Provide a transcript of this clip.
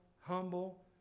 humble